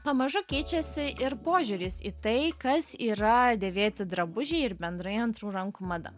pamažu keičiasi ir požiūris į tai kas yra dėvėti drabužiai ir bendrai antrų rankų mada